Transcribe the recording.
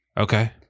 Okay